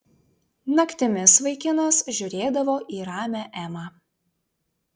naktimis vaikinas žiūrėdavo į ramią emą